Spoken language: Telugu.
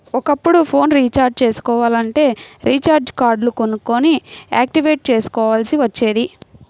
ఒకప్పుడు ఫోన్ రీచార్జి చేసుకోవాలంటే రీచార్జి కార్డులు కొనుక్కొని యాక్టివేట్ చేసుకోవాల్సి వచ్చేది